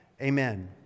Amen